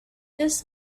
this